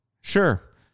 Sure